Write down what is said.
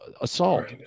assault